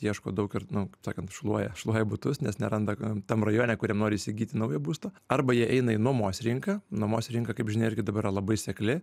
ieško daug ir nu sakant šluoja šluoja butus nes neranda ką tam rajone kuriam nori įsigyti naują būstą arba jie eina į nuomos rinką nuomos rinka kaip žinia irgi dabar labai sekli